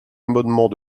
amendement